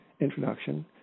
introduction